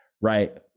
right